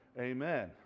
Amen